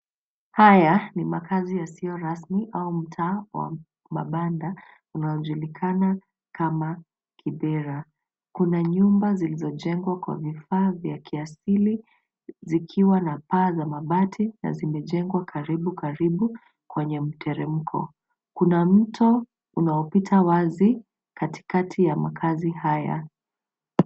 Haya ni makaazi yasiyorasmi au mtaa wa mabanda unaojulikana kama kibera. Kuna nyumba zilizojengwa kwa vifaa vya kiasili zikiwa na paa za mabati na zimejengwa karibukaribu kwenye mteremko. Kuna mto unaopita wazi katikati ya makaazi haya.